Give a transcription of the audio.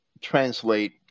translate